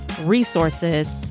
resources